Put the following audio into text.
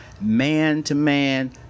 man-to-man